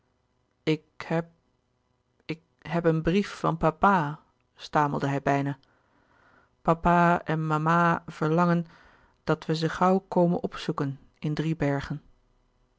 ik heb ik heb een brief van papa stamelde hij bijna papa en mama verlangen louis couperus de boeken der kleine zielen dat we ze gauw komen opzoeken in driebergen